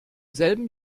selben